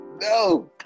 No